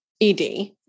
ED